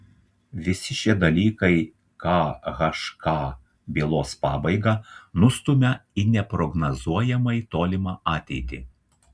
visi šie dalykai khk bylos pabaigą nustumia į neprognozuojamai tolimą ateitį